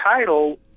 title